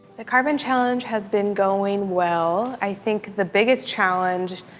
the carbon challenge has been going well. i think the biggest challenge,